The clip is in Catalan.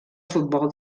futbol